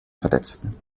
verletzten